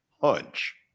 hunch